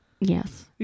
Yes